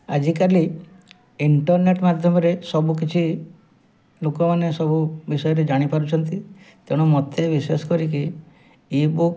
ଆଜିକାଲି ଇଣ୍ଟରନେଟ୍ ମାଧ୍ୟମରେ ସବୁକିଛି ଲୋକମାନେ ସବୁ ଜାଣିପାରୁଛନ୍ତି ତେଣୁ ମୋତେ ବିଶେଷ କରିକି ଇ